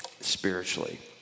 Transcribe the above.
spiritually